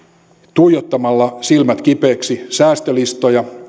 tuijottamalla silmät kipeiksi säästölistoja